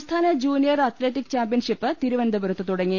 സംസ്ഥാന junior athletic championship തിരുവനന്ത പുരത്ത് തുടങ്ങി